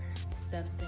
substance